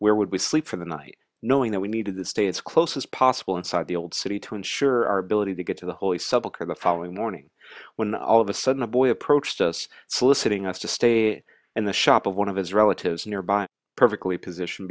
where would we sleep for the night knowing that we needed the state's close as possible inside the old city to ensure our ability to get to the holy subak or the following morning when all of a sudden a boy approached us soliciting us to stay in the shop of one of his relata nearby perfectly position